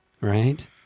right